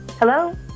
Hello